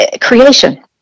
creation